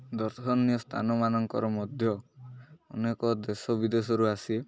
ଦର୍ଶନୀୟ ସ୍ଥାନମାନଙ୍କରେ ମଧ୍ୟ ଅନେକ ଦେଶ ବିଦେଶରୁ ଆସି